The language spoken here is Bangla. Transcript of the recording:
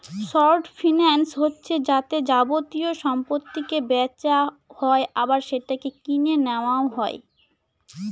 শর্ট ফিন্যান্স হচ্ছে যাতে যাবতীয় সম্পত্তিকে বেচা হয় আবার সেটাকে কিনে নেওয়া হয়